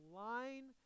line